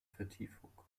vertiefung